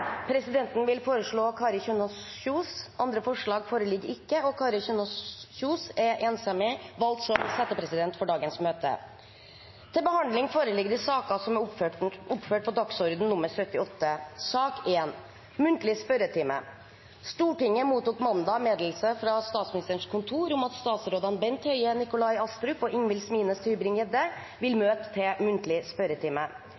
Presidenten vil foreslå Kari Kjønaas Kjos. – Andre forslag foreligger ikke, og Kari Kjønaas Kjos anses enstemmig valgt som settepresident for dagens møte. Stortinget mottok mandag meddelelse fra Statsministerens kontor om at statsrådene Bent Høie, Nikolai Astrup og Ingvil Smines Tybring-Gjedde vil